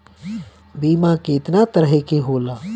बीमा केतना तरह के होला?